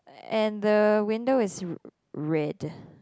and the window is red